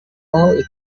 iterambere